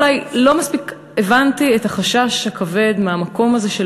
אולי לא מספיק הבנתי את החשש הכבד מהמקום הזה של